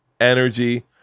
energy